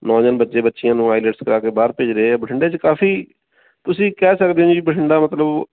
ਨੌਜਵਾਨ ਬੱਚੇ ਬੱਚੀਆਂ ਨੂੰ ਆਈਲੈਟਸ ਕਰਾ ਕੇ ਬਾਹਰ ਭੇਜ ਰਹੇ ਆ ਬਠਿੰਡੇ 'ਚ ਕਾਫੀ ਤੁਸੀਂ ਕਹਿ ਸਕਦੇ ਹੋ ਜੀ ਬਠਿੰਡਾ ਮਤਲਬ